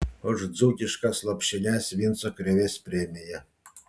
už dzūkiškas lopšines vinco krėvės premija